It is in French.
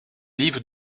livre